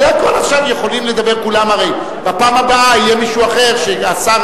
הרי בפעם הבאה יהיה מישהו אחר שהשר